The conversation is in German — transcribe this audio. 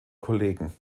kollegen